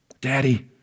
Daddy